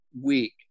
week